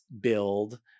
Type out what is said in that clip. build